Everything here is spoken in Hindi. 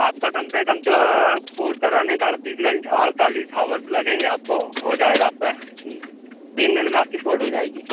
आपका कम से कम जो पोर्ट कराने का अड़तीस घंट अड़तालीस आवर्स लगेंगे आपको हो जाएगा आप पर तीन दिन में आपकी पोर्ट हो जाएगी